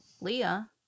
leah